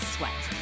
Sweat